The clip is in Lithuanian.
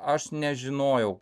aš nežinojau